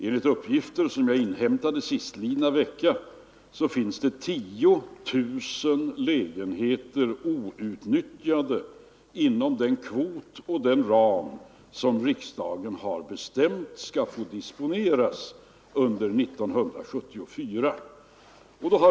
Enligt uppgifter som jag inhämtat sistlidna vecka finns det 10 000 lägenheter outnyttjade inom den kvot och den ram som riksdagen har bestämt skall få disponeras under 1974.